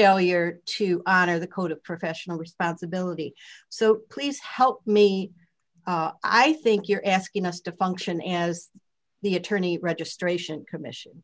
here to honor the code of professional responsibility so please help me i think you're asking us to function as the attorney registration commission